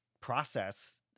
process